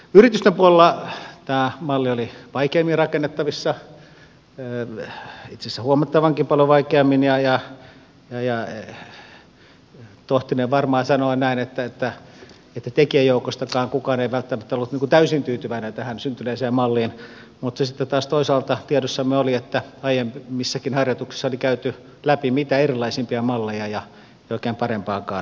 yritysten puolella tämä malli oli vaikeammin rakennettavissa itse asiassa huomattavankin paljon vaikeammin ja tohtinen varmaan sanoa näin että tekijäjoukostakaan kukaan ei välttämättä ollut täysin tyytyväinen tähän syntyneeseen malliin mutta sitten taas toisaalta tiedossamme oli se että aiemmissakin harjoituksissa oli käyty läpi mitä erilaisimpia malleja ja oikein parempaankaan ei päädytty